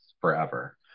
forever